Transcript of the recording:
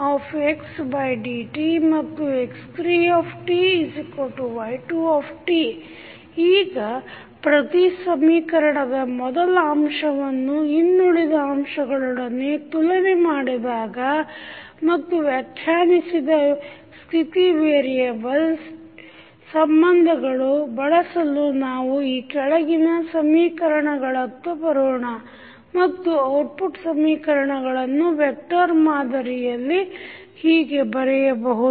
ಈಗ ಪ್ರತಿ ಸಮೀಕರಣದ ಮೊದಲ ಅಂಶವನ್ನು ಇನ್ನುಳಿದ ಅಂಶಗಳೊಡನೆ ತುಲನೆ ಮಾಡಿದಾಗ ಮತ್ತು ವ್ಯಾಖ್ಯಾನಿಸಿದ ಸ್ಥಿತಿ ವೇರಿಯೆಬಲ್ ಸಂಬಂಧಗಳು ಬಳಸಲು ನಾವು ಈ ಕೆಳಗಿನ ಸ್ಥಿತಿ ಸಮೀಕರಣಗಳತ್ತ ಬರೋಣ ಮತ್ತು ಔಟ್ಪುಟ್ ಸಮೀಕರಣಗಳನ್ನು ವೆಕ್ಟರ್ ಮಾದರಿಯಲ್ಲಿ ಹೀಗೆ ಬರೆಯಬಹುದು